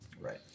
Right